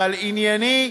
אבל ענייני,